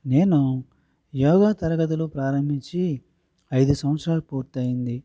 నేను యోగా తరగతులు ప్రారంభించి ఐదు సంవత్సరాలు పూర్తయ్యింది